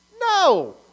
No